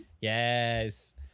Yes